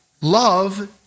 love